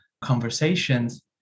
conversations